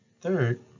Third